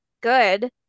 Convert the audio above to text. good